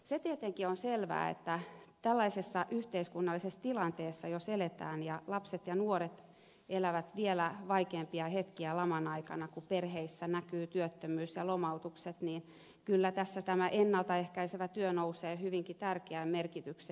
se tietenkin on selvää että jos eletään tällaisessa yhteiskunnallisessa tilanteessa ja lapset ja nuoret elävät vielä vaikeampia hetkiä laman aikana kun perheissä näkyvät työttömyys ja lomautukset niin kyllä tässä tämä ennalta ehkäisevä työ nousee hyvinkin tärkeään merkitykseen